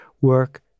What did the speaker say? work